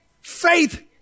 Faith